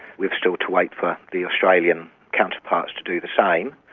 we've still to wait for the australian counterparts to do the same.